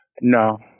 No